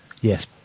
Yes